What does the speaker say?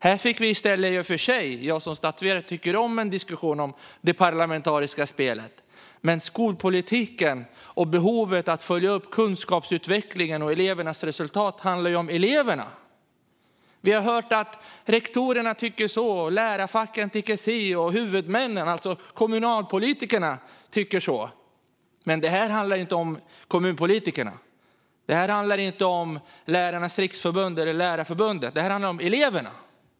Jag som statsvetare tycker i och för sig om en diskussion om det parlamentariska spelet, vilket är vad vi fick här, men skolpolitiken och behovet av att följa upp kunskapsutvecklingen och elevernas resultat handlar ju om eleverna. Vi har hört att rektorerna tycker si, att lärarfacken tycker så och att huvudmännen, alltså kommunpolitikerna, tycker på ett annat sätt. Detta handlar dock inte om kommunpolitikerna, och det handlar inte om Lärarnas Riksförbund eller Lärarförbundet. Det handlar om eleverna.